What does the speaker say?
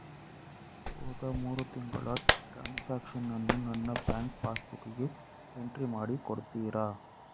ಹೋದ ಮೂರು ತಿಂಗಳ ಟ್ರಾನ್ಸಾಕ್ಷನನ್ನು ನನ್ನ ಬ್ಯಾಂಕ್ ಪಾಸ್ ಬುಕ್ಕಿಗೆ ಎಂಟ್ರಿ ಮಾಡಿ ಕೊಡುತ್ತೀರಾ?